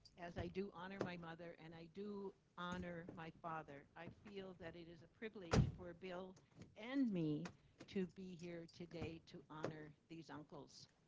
as i do honor my mother and i do honor my father, i feel that it is a privilege for bill and me to be here today to honor these uncles.